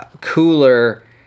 cooler